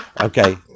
okay